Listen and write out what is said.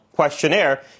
questionnaire